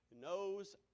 knows